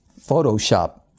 Photoshop